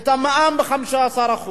את המע"מ ב-15%.